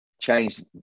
change